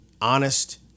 honest